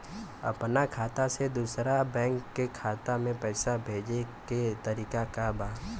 अपना खाता से दूसरा बैंक के खाता में पैसा भेजे के तरीका का बा?